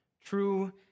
true